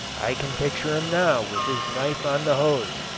i can picture him now with his knife on the hose,